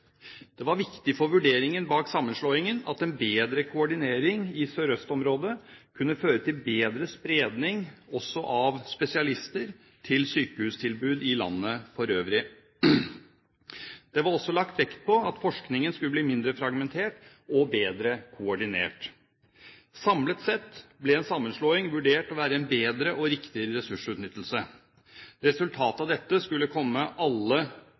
Det var viktig for vurderingen bak sammenslåingen at en bedre koordinering i Sør-Øst-området kunne føre til bedre spredning også av spesialister til sykehustilbud i landet for øvrig. Det var også lagt vekt på at forskningen skulle bli mindre fragmentert og bedre koordinert. Samlet sett ble en sammenslåing vurdert å være en bedre og riktigere ressursutnyttelse. Resultatet av dette skulle komme alle